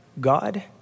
God